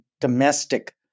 domestic